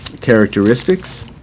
characteristics